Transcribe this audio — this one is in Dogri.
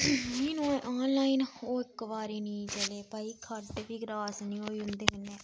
में नोआए आनलाइन ओह् इक बारी नी चले भाई खड्ड बी क्रास नी होई उंदे कन्नै